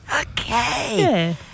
Okay